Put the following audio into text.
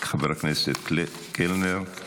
חבר הכנסת קלנר,